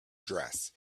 dress